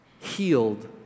healed